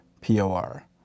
POR